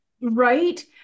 Right